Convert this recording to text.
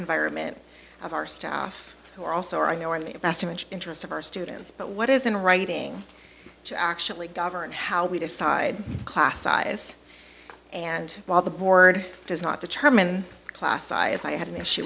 environment of our staff who are also i know in the investment interest of our students but what is in writing to actually govern how we decide class size and while the board does not determine class size i had an issue